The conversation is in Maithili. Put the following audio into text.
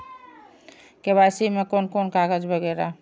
के.वाई.सी में कोन कोन कागज वगैरा?